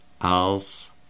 Als